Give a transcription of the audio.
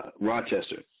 Rochester